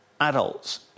adults